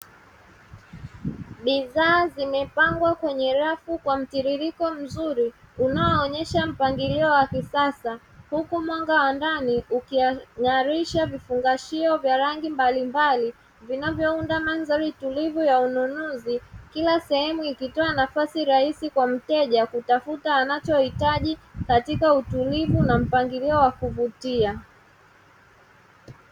Bidhaa zimepangwa kwenye rafu kwa mtiririko mzuri unaoonyesha mpangilio wa kisasa huku mwanga wa ndani uking'arisha vifungashio vya rangi mbalimbali, vinavounda mandhari tulivu ya ununuzi kila sehemu ikitoa nafasi rahisi kwa mteja kutafuta anachohitaji katika utulivu na mpangilio wa kuvutia.